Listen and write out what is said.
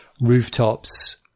rooftops